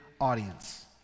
audience